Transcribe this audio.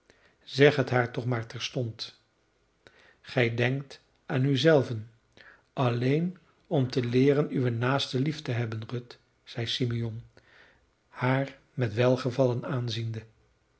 zeg het haar toch maar terstond gij denkt aan u zelven alleen om te leeren uwe naasten lief te hebben ruth zeide simeon haar met welgevallen aanziende